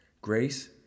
Grace